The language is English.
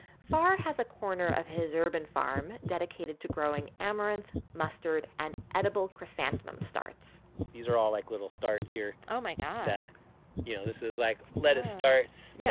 fahrer has a corner of his urban farm dedicated to growing amaranth, mustard and edible chrysanthemum starts these are all, like, little starts here oh, my god that you know, this is, like, lettuce starts. yeah